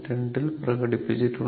2 ൽ പ്രകടിപ്പിച്ചിട്ടുണ്ട്